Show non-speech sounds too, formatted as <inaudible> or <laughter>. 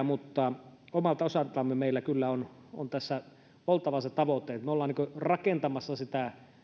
<unintelligible> mutta omalta osaltamme meillä kyllä on on tässä oltava se tavoite että me olemme rakentamassa sitä